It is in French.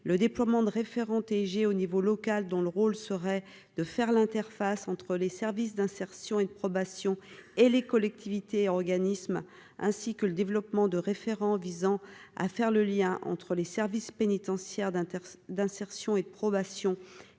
le déploiement de référents TG au niveau local, dont le rôle serait de faire l'interface entre les services d'insertion et de probation et les collectivités et organismes ainsi que le développement de référent visant à faire le lien entre les services pénitentiaires d'un d'insertion et de probation et les services